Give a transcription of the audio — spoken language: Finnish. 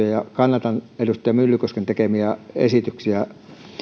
ja ja kannatan edustaja myllykosken tekemiä esityksiä